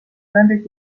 tõendeid